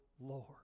Lord